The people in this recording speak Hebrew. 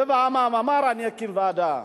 בא ואמר: אני אקים ועדה,